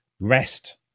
rest